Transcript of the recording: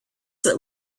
that